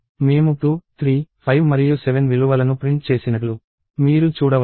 మేము 2 3 5 మరియు 7 విలువలను ప్రింట్ చేసినట్లు మీరు చూడవచ్చు